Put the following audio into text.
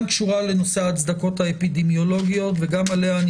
קשורה לנושא ההצדקות האפידמיולוגיות וגם עליה אני